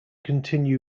continue